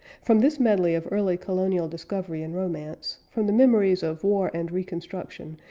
from this medley of early colonial discovery and romance, from the memories of war and reconstruction,